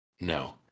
No